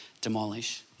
demolish